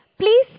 please